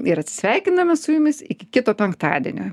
ir atsisveikiname su jumis iki kito penktadienio